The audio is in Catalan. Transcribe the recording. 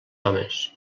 homes